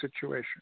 situation